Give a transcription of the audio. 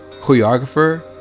choreographer